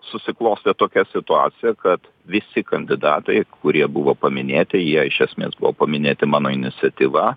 susiklostė tokia situacija kad visi kandidatai kurie buvo paminėti jie iš esmės buvo paminėti mano iniciatyva